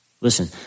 Listen